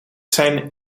zijn